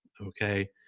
Okay